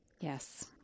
yes